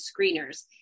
screeners